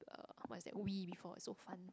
uh what's that Wii before so fun